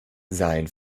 sein